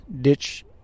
ditch